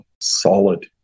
solid